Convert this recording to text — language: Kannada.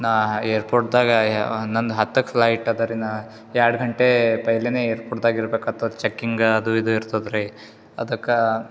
ನಾ ಏರ್ಪೋಟ್ದಾಗ ಹನ್ನೊಂದು ಹತ್ತಕ್ಕೆ ಫ್ಲೈಟ್ ಅದರಿ ನಾ ಎರಡು ಗಂಟೆ ಪೆಹೆಲೆನೆ ಏರ್ಪೋಟ್ದಾಗ ಇರ್ಬೇಕಾಗ್ತದೆ ಚಕ್ಕಿಂಗಾ ಅದು ಇದು ಇರ್ತದೆ ರೀ ಅದಕ್ಕೆ